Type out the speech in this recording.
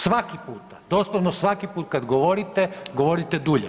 Svaki puta, doslovno svaki put kad govorite govorite dulje.